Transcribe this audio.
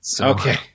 Okay